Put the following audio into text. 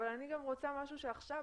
אבל אני גם רוצה משהו שעכשיו,